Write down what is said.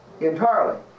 entirely